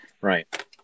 Right